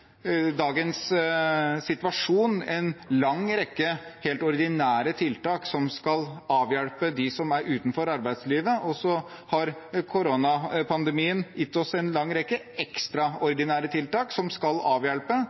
dagens situasjon en lang rekke helt ordinære tiltak som skal avhjelpe dem som er utenfor arbeidslivet, og så har koronapandemien gitt oss en lang rekke ekstraordinære tiltak som skal avhjelpe.